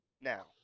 Now